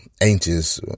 anxious